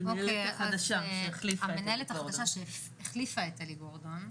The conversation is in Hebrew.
המנהלת החדשה שהחליפה את אלי גורדון,